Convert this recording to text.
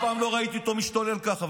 אף פעם לא ראיתי אותו משתולל ככה.